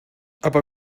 aber